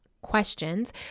questions